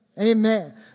Amen